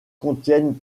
contiennent